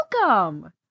welcome